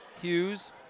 Hughes